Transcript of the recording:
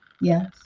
Yes